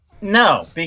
No